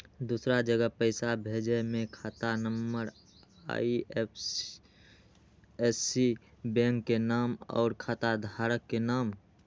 दूसरा जगह पईसा भेजे में खाता नं, आई.एफ.एस.सी, बैंक के नाम, और खाता धारक के नाम?